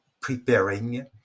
preparing